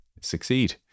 succeed